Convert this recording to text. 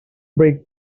break